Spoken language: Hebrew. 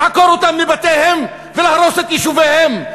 לעקור אותם מבתיהם ולהרוס את יישוביהם,